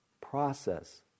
process